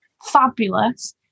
fabulous